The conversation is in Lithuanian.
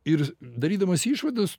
ir darydamas išvadas